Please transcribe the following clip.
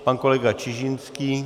Pan kolega Čižinský.